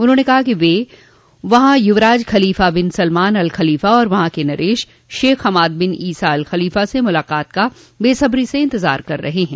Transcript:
उन्होंने कहा कि वे वहां युवराज Khalifa bin Salman al Khalifa और वहां के नरेश Sheikh Hamad bin Isa al Khalifa से मुलाकात का बेसब्री से इंतजार कर रहे हैं